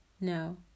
No